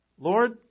Lord